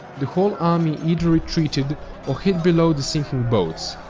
the whole army either retreated or hid below the sinking boats.